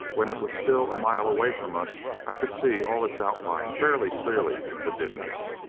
when it was still a mile away from us i could see all its outline fairly clearly in the dimness.